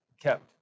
kept